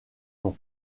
nom